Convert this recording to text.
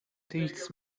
teaches